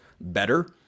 better